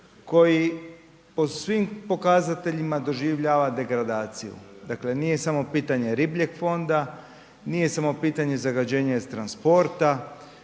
koji po svim pokazateljima doživljava degradaciju, dakle, nije samo pitanje ribljeg fonda, nije samo pitanje zagađenja i transporta,